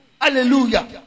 Hallelujah